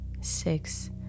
six